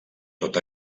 tot